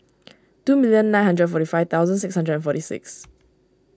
two million nine hundred forty five thousand six hundred and forty six